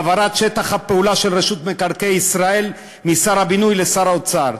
העברת שטח הפעולה של רשות מקרקעי ישראל משר הבינוי לשר האוצר,